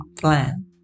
plan